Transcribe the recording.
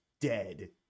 dead